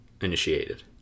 initiated